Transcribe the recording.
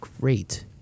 great